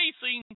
facing